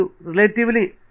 relatively